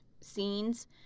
scenes